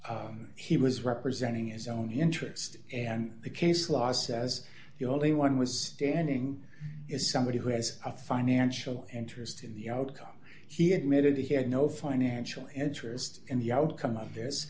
that he was representing his own interest and the case law says the only one was standing is somebody who has a financial interest in the outcome he admitted he had no financial interest in the outcome of th